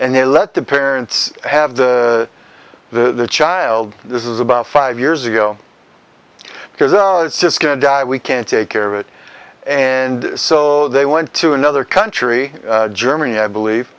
and they let the parents have the the child this is about five years ago because it's just going to die we can't take care of it and so they went to another country germany i believe